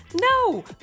No